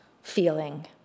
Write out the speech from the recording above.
feeling